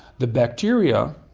the bacteria,